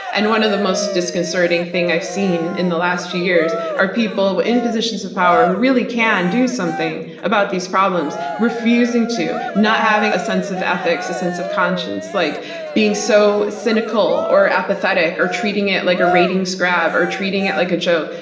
and one of the most disconcerting things i've seen in the last few years are people in positions of power who really can do something about these problems, refusing to, not having a sense of ethics, a sense of conscience, like being so cynical, or apathetic, or treating it like a ratings grab, or treating it like a joke.